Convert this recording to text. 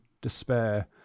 despair